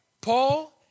Paul